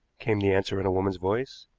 came the answer in a woman's voice.